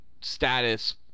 status